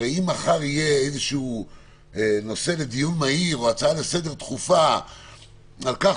יהיה איזה נושא לדיון מהיר או הצעה דחופה לסדר על-כך